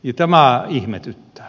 tämä ihmetyttää